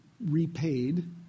repaid